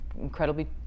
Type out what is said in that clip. incredibly